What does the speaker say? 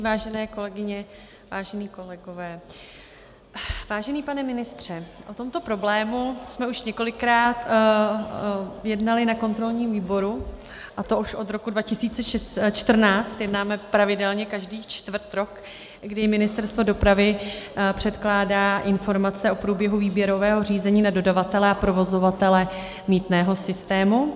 Vážené kolegyně, vážení kolegové, vážený pane ministře, o tomto problému jsme už několikrát jednali na kontrolním výboru, a to už od roku 2014 jednáme pravidelně každý čtvrtrok, kdy Ministerstvo dopravy předkládá informace o průběhu výběrového řízení na dodavatele a provozovatele mýtného systému.